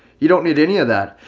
you don't need any of that.